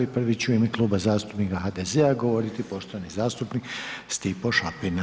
I prvi će u ime Kluba zastupnika HDZ-a govoriti poštovani zastupnik Stipo Šapina.